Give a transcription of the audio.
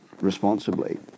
responsibly